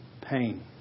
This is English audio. pain